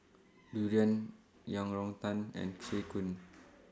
Durian Yang Rou Tang and Soon Kuih